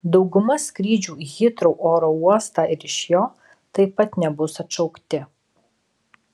dauguma skrydžių į hitrou oro uostą ir iš jo taip pat nebus atšaukti